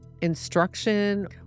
instruction